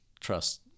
trust